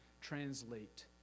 translate